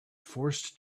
forced